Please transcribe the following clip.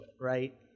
right